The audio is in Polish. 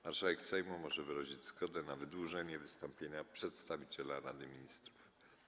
Marszałek Sejmu może wyrazić zgodę na wydłużenie wystąpienia przedstawiciela Rady Ministrów.